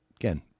again